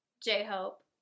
J-Hope